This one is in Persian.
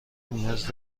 نیاز